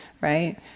right